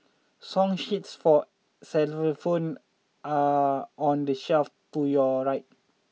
song sheets for xylophones are on the shelf to your right